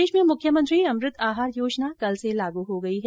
प्रदेश में मुख्यमंत्री अमृत आहार योजना कल से लागू हो गई है